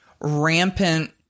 rampant